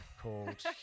called